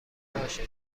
باشه